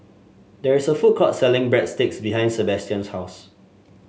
there is a food court selling Breadsticks behind Sebastian's house